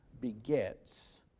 begets